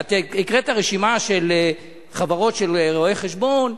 ואתה הקראת רשימה של חברות של רואי-חשבון.